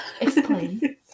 Explain